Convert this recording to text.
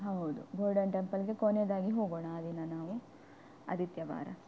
ಹೌದು ಗೋಲ್ಡನ್ ಟೆಂಪಲ್ಗೆ ಕೊನೆಯದಾಗಿ ಹೋಗೋಣ ಆ ದಿನ ನಾವು ಆದಿತ್ಯವಾರ